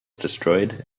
destroyed